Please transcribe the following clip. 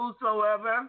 Whosoever